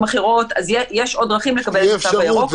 יש עוד דרכים לקבל את התו הירוק,